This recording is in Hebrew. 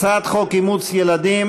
הצעת חוק אימוץ ילדים